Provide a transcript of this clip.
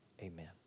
Amen